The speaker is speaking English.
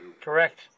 correct